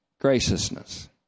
graciousness